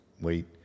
wait